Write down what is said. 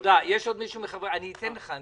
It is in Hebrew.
יש עוד מישהו מחברי הכנסת שמבקש להתייחס?